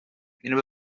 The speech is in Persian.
اینو